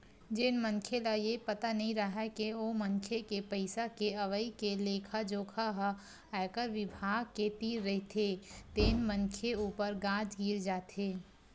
जेन मनखे ल ये पता नइ राहय के ओ मनखे के पइसा के अवई के लेखा जोखा ह आयकर बिभाग के तीर रहिथे तेन मनखे ऊपर गाज गिर जाथे